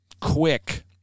quick